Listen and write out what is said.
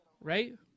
right